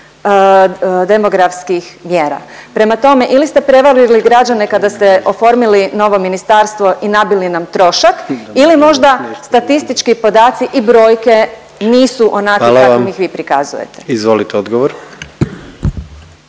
demografskih mjera. Prema tome, ili ste prevarili građane kada ste oformili novo ministarstvo i nabili nam trošak ili možda statistički podaci i brojke nisu onakve …/Upadica predsjednik: Hvala vam./… kakvim